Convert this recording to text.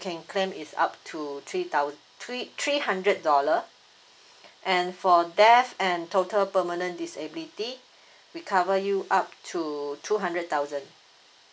can claim is up to three thou~ three three hundred dollar and for death and total permanent disability we cover you up to two hundred thousand